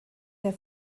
der